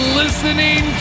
listening